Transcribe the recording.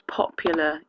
popular